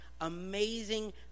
amazing